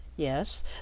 Yes